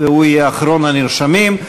והוא יהיה אחרון הנרשמים.